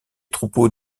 troupeaux